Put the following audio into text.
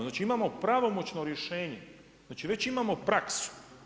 Znači imamo pravomoćno rješenje, znači već imamo praksu.